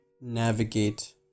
navigate